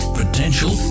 potential